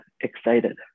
excited